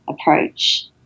approach